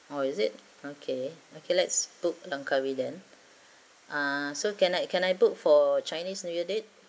oh is it okay okay let's book langkawi then ah so can I can I book for chinese new year date